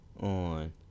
on